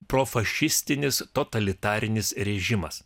profašistinis totalitarinis režimas